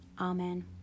Amen